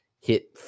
hit